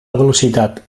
velocitat